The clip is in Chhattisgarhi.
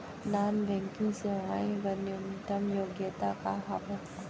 नॉन बैंकिंग सेवाएं बर न्यूनतम योग्यता का हावे?